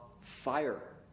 fire